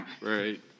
Right